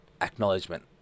acknowledgement